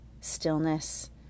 stillness